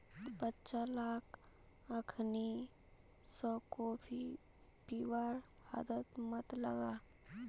बच्चा लाक अखनइ स कॉफी पीबार आदत मत लगा